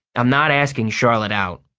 i'm not asking charlotte out,